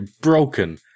Broken